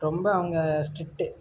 ரொம்ப அவங்க ஸ்ட்ரிக்ட்டு